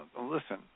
listen